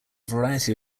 variety